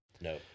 No